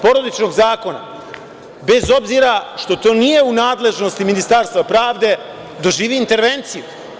Porodičnog zakona, bez obzira što to nije u nadležnosti Ministarstva pravde, doživi intervenciju.